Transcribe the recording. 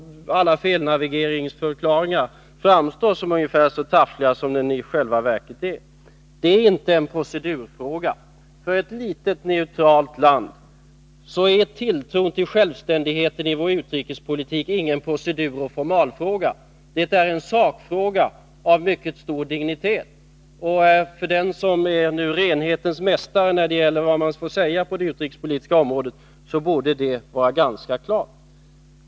Alla felnavigeringsförklaringar framstår som ungefär så taffliga som de i själva verket är. Det är inte en procedurfråga. För ett litet neutralt land är tilltron till självständigheten i vår utrikespolitik ingen proceduroch formalfråga. Det är en sakfråga av mycket stor dignitet. För den som är renhetens mästare när det gäller vad man får säga på det utrikespolitiska området borde det vara ganska klart.